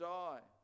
die